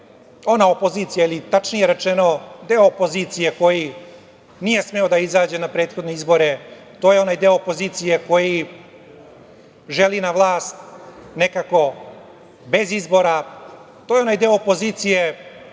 ona opozicija, ili tačnije rečeno, deo opozicije koji nije smeo da izađe na prethodne izbore. To je onaj deo opozicije koji želi na vlast nekako bez izbora. To je onaj deo opozicije